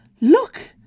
Look